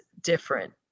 different